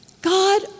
God